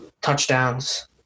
touchdowns